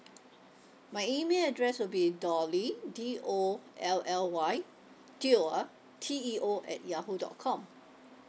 my email address would be dolly D O L L Y teo ah T E O at yahoo dot com